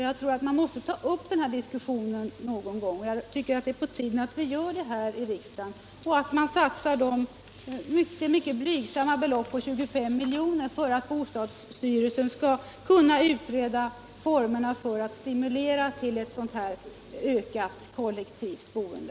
Jag tror att vi måste ta upp den här diskussionen någon gång, och jag tycker att det är på tiden att vi gör det här i riksdagen och satsar det mycket blygsamma beloppet 25 milj.kr. för att bostadsstyrelsen skall kunna utreda formerna för en stimulans till ökat kollektivt boende.